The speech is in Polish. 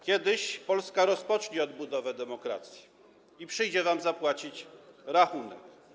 Kiedyś Polska rozpocznie odbudowę demokracji i przyjdzie wam zapłacić rachunek.